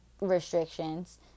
restrictions